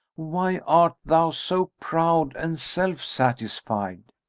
why art thou so proud and self satisfied?